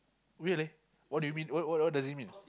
weird leh what do you mean what what does it mean